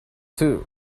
too